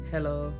Hello